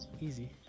Easy